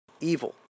evil